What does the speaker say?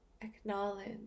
acknowledge